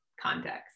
context